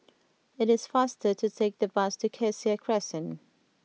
it is faster to take the bus to Cassia Crescent